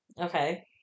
Okay